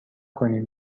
کنین